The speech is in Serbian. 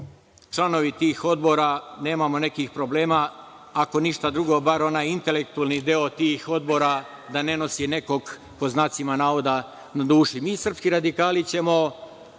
članovi tih odbora nemamo nekih problema, ako ništa drugo bar onaj intelektualni deo tih odbora da ne nosi nekog, pod znacima navoda, na duši. Mi sprski radikali ćemo